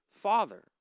father